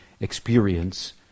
experience